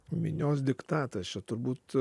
minios diktatas čia turbūt